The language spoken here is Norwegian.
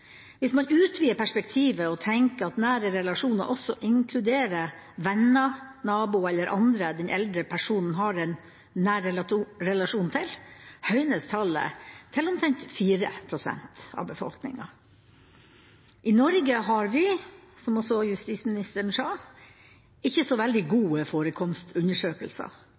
Hvis man utvider perspektivet og tenker at nære relasjoner også inkluderer venner, naboer eller andre den eldre personen har en nær relasjon til, høynes tallet til omtrent 4 pst. av befolkningen. I Norge har vi, som også justisministeren sa, ikke så veldig gode forekomstundersøkelser.